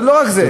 וזה לא רק זה,